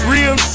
Real